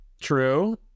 True